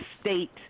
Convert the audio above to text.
state